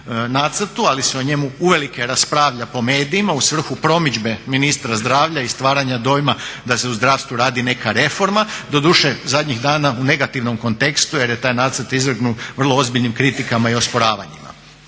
ali se o njemu uvelike raspravlja po medijima u svrhu promidžbe ministra zdravlja i stvaranja dojma da se u zdravstvu radi neka reforma, doduše zadnjih dana u negativnom kontekstu jer je taj nacrt izvrgnut vrlo ozbiljnim kritikama i osporavanjima.